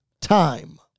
time